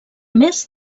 més